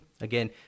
Again